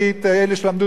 אלה שלמדו תורה,